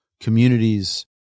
Communities